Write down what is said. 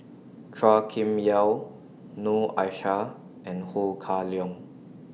Chua Kim Yeow Noor Aishah and Ho Kah Leong